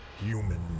human